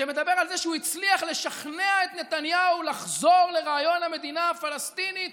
שמדבר על זה שהוא הצליח לשכנע את נתניהו לחזור לרעיון המדינה הפלסטינית,